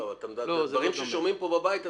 לא, אלה דברים ששומעים פה בבית הזה.